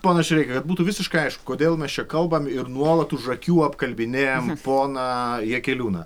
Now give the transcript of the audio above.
ponas šireika kad būtų visiškai aišku kodėl mes čia kalbam ir nuolat už akių apkalbinėjam poną jakeliūną